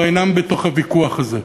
כבר אינם בתוך הוויכוח הזה,